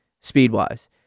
speed-wise